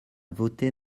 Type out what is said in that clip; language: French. voter